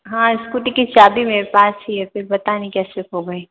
हाँ स्कूटी की चाभी मेरे पास ही है फिर पता नहीं कैसे खो गई